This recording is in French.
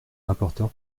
rapporteur